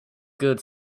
good